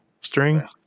string